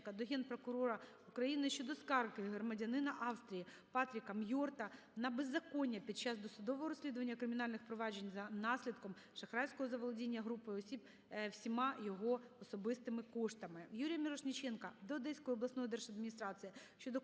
до Генпрокурора України щодо скарги громадянина АвстріїПатріка Мьорта на беззаконня під час досудового розслідування кримінальних проваджень за наслідком шахрайського заволодіння групою осіб всіма його особистими коштами. Юрія Мірошниченка до Одеської обласної держадміністрації щодо